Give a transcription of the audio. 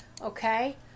okay